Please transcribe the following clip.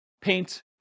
paint